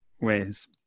ways